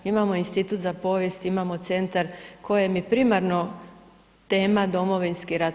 Imamo Institut za povijest, imamo centar kojem je primarno tema Domovinski rat.